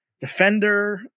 defender